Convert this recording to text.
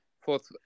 fourth